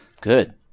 Good